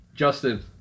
Justin